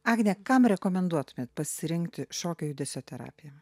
agne kam rekomenduotumėt pasirinkti šokio judesio terapiją